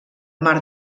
mar